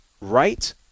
right